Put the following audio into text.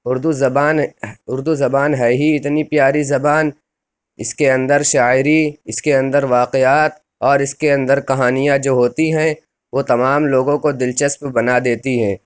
اُردو زبان اُردو زبان ہے ہی اتنی پیاری زبان اِس کے اندر شاعری اِس کے اندر واقعات اور اِس کے اندر کہانیاں جو ہوتی ہیں وہ تمام لوگوں کو دلچسپ بنا دیتی ہے